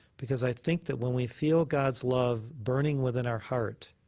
because i think that when we feel god's love burning within our heart